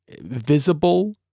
visible